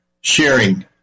sharing